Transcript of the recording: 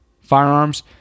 firearms